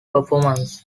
performance